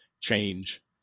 change